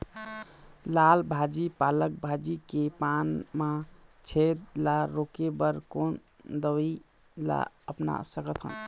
लाल भाजी पालक भाजी के पान मा छेद ला रोके बर कोन दवई ला अपना सकथन?